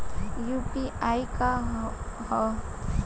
UPI का ह?